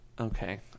Okay